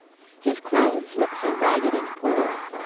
his clothes look so ragged and poor.